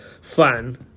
fan